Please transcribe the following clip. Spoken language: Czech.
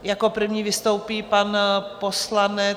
Jako první vystoupí pan poslanec...